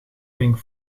pink